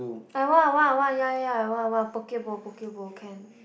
I want I want I want ya ya ya I want I want Poke-Bowl Poke-Bowl can